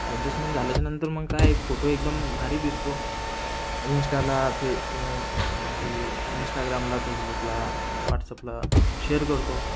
adjustment झाल्याच्यानंतर मग काय फोटो एकदम भारी दिसतो इन्स्टाला फे म्हणजे इन्स्टाग्रामला फेसबुकला व्हॉट्सॲपला शेअर करतो